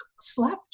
slept